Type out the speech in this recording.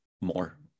more